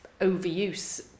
overuse